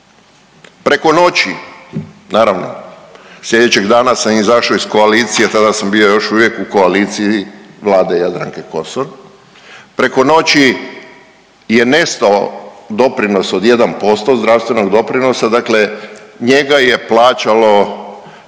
Preko noći naravno, slijedećeg dana sam izašao iz koalicije tada sam bio još u vijek u koaliciji vlade Jadranke Kosor. Preko noći je nestao od 1% zdravstvenog doprinosa, dakle njega je plaćalo,